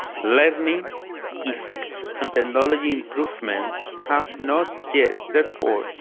like i mean effects on technology improvements have not yet, therefore,